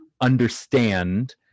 understand